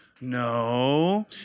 No